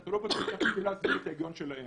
אנחנו לא מנסים להסביר את ההיגיון שלהם.